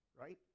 Right